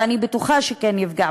ואני בטוחה שכן יפגע,